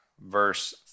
verse